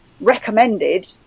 recommended